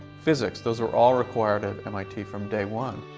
physics those are all required at mit from day one.